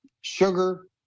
Sugar